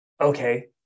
okay